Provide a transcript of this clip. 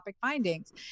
findings